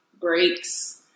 breaks